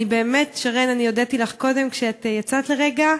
שרן, אני הודיתי לך קודם כשאת יצאת לרגע.